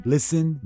Listen